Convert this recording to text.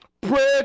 Pray